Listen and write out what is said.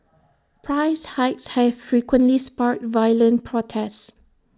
price hikes have frequently sparked violent protests